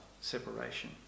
separation